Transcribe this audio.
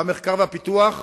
אז